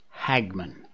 Hagman